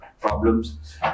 problems